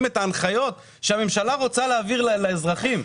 וההנחיות שהממשלה רוצה להעביר לאזרחים?